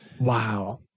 Wow